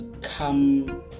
come